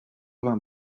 vingt